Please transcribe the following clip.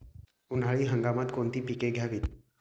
उन्हाळी हंगामात कोणती पिके घ्यावीत?